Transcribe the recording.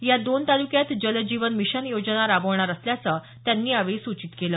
या दोन तालुक्यात जल जीवन मिशन योजना राबवणार असल्याचं त्यांनी यावेळी सूचित केलं